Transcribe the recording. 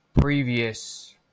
previous